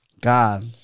God